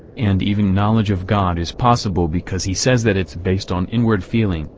and even knowledge of god is possible because he says that it's based on inward feeling,